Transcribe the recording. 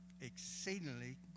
exceedingly